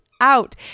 out